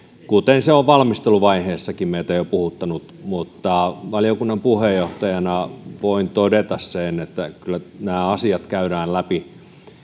kuten se on valmisteluvaiheessakin meitä jo puhuttanut mutta valiokunnan puheenjohtajana voin todeta sen että kyllä nämä asiat käydään läpi